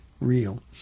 real